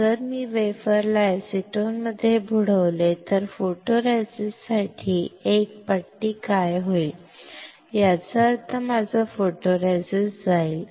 जर मी वेफरला एसीटोन मध्ये बुडवले तर फोटोरेसिस्टसाठी एक पट्टी काय होईल याचा अर्थ माझा फोटोरेसिस्ट जाईल